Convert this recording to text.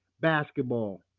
basketball